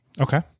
Okay